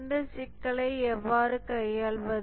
இந்த சிக்கலை எவ்வாறு கையாள்வது